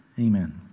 Amen